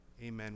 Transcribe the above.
Amen